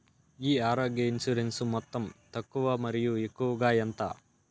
ఈ ఆరోగ్య ఇన్సూరెన్సు మొత్తం తక్కువ మరియు ఎక్కువగా ఎంత?